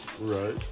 Right